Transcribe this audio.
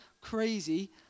crazy